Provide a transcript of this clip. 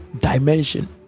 dimension